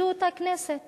זאת הכנסת